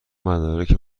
مدارک